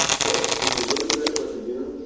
so if you're really good at what you do,